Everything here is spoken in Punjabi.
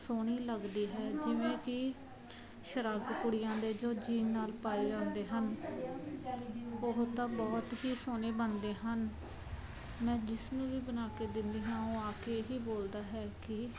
ਸੋਹਣੀ ਲੱਗਦੀ ਹੈ ਜਿਵੇਂ ਕਿ ਸਰੱਘ ਕੁੜੀਆਂ ਦੇ ਜੋ ਜੀਨ ਨਾਲ ਪਾਏ ਜਾਂਦੇ ਹਨ ਉਹ ਤਾਂ ਬਹੁਤ ਹੀ ਸੋਹਣੇ ਬਣਦੇ ਹਨ ਮੈਂ ਜਿਸ ਨੂੰ ਵੀ ਬਣਾ ਕੇ ਦਿੰਦੀ ਹਾਂ ਉਹ ਆ ਕੇ ਇਹੀ ਬੋਲਦਾ ਹੈ ਕਿ